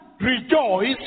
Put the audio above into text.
rejoice